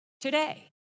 today